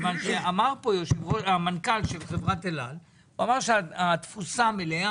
מכיוון שהמנכ"ל של חברת אל על אמר שהתפוסה מלאה.